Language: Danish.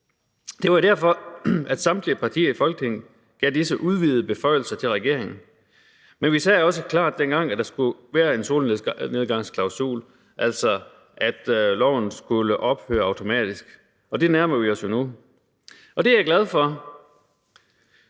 Det var derfor, at samtlige partier i Folketinget gav disse udvidede beføjelser til regeringen. Men vi sagde også klart dengang, at der skulle være en solnedgangsklausul, altså at loven skulle ophører automatisk, og det tidspunkt nærmer vi os jo nu. Og det er jeg glad for,